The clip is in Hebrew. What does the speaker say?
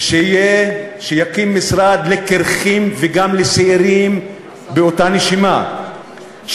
שיקים משרד לקירחים וגם לשעירים באותה נשימה,